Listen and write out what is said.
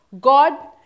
God